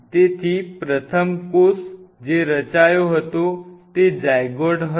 તેથી પ્રથમ કોષ જે રચાયો હતો તે ઝાયગોટ હતો